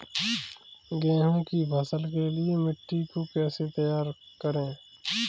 गेहूँ की फसल के लिए मिट्टी को कैसे तैयार करें?